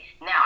now